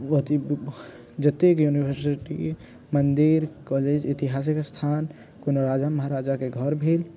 ओ हथिन जतेक भी यूनिवर्सिटी मंदिर कॉलेज एतिहासिक स्थान कोनो राजा महाराजा के घर भेल